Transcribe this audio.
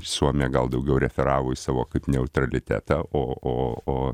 suomija gal daugiau referavo į savo kaip neutralitetą o o o